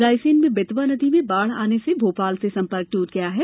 रायसेन में बेतवा नदी में बाढ़ आने से भोपाल से संपर्क टूट गया है